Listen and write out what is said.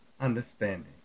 understanding